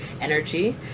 energy